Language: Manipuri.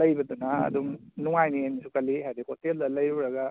ꯂꯩꯕꯗꯅ ꯑꯗꯨꯝ ꯅꯨꯡꯉꯥꯏꯅꯤ ꯍꯥꯏꯅꯁꯨ ꯈꯜꯂꯤ ꯍꯥꯏꯗꯤ ꯍꯣꯇꯦꯜꯗ ꯂꯩꯔꯨꯔꯒ